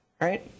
right